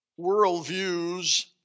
worldviews